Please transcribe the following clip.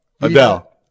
Adele